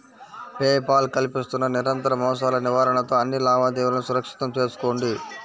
pay Paul కల్పిస్తున్న నిరంతర మోసాల నివారణతో అన్ని లావాదేవీలను సురక్షితం చేసుకోండి